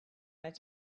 its